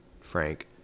Frank